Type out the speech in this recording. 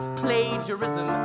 plagiarism